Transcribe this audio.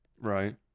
Right